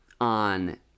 on